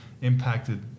impacted